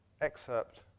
excerpt